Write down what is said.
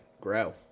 grow